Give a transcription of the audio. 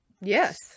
Yes